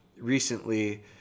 recently